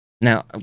Now